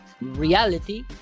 reality